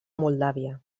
moldàvia